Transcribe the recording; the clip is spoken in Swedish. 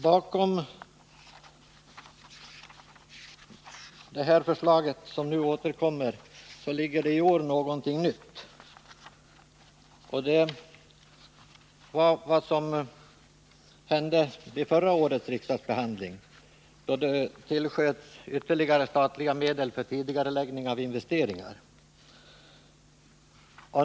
Bakom detta förslag, som nu återkommer, ligger i år någonting nytt, nämligen vad som hände vid förra årets riksdagsbehandling, då ytterligare statliga medel tillsköts för en tidigareläggning av investeringar.